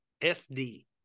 FD